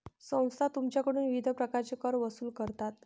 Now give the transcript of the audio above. संस्था तुमच्याकडून विविध प्रकारचे कर वसूल करतात